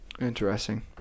Interesting